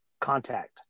contact